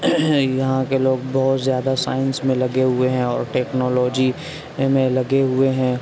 یہاں کے لوگ بہت زیادہ سائنس میں لگے ہوئے ہیں اور ٹیکنالوجی میں لگے ہوئے ہیں